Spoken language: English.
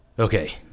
Okay